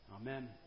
Amen